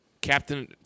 Captain